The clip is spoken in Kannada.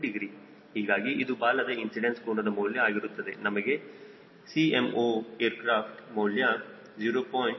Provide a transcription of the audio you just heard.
53o ಹೀಗಾಗಿ ಇದು ಬಾಲದ ಇನ್ಸಿಡೆನ್ಸ್ ಕೋನದ ಮೌಲ್ಯ ಆಗಿರುತ್ತದೆನಮಗೆ 𝐶noac ಮೌಲ್ಯ 0